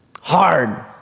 Hard